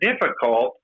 difficult